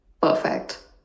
Perfect